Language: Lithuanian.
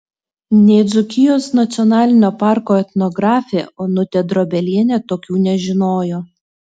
nė dzūkijos nacionalinio parko etnografė onutė drobelienė tokių nežinojo